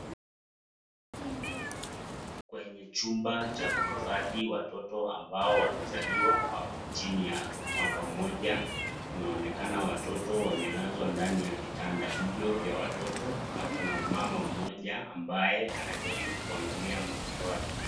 Kwenye chumba cha kuhifadhi watoto ambao wamezaliwa na wako chini ya mwaka moja kunaonekana watoto wamelazwa ndani ya vitanda hivyo vya watoto na kuna mama mmoja ambaye anajaribu kuangalia watoto wake.